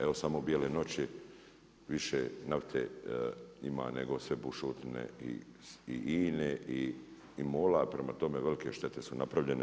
Evo, samo bijele noći, više nafte ima nego sve bušotine i INA-e i MOL-a, prema tome velike štete su napravljene.